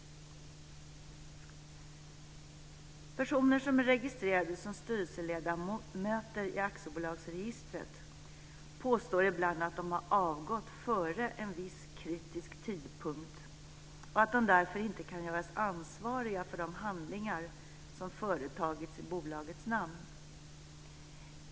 Personer som är registrerade som styrelseledamöter i aktiebolagsregistret påstår ibland att de har avgått före en viss kritisk tidpunkt och att de därför inte kan göras ansvariga för de handlingar som företagits i bolagets namn.